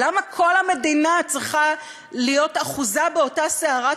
למה כל המדינה צריכה להיות אחוזה באותה סערת